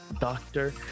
doctor